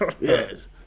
Yes